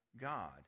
God